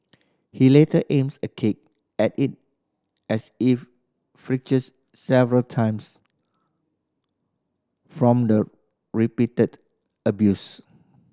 he later aims a kick at it as it flinches several times from the repeated abuse